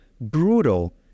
brutal